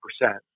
percent